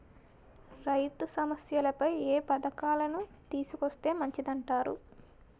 రైతు సమస్యలపై ఏ పథకాలను తీసుకొస్తే మంచిదంటారు?